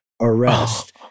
arrest